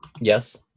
Yes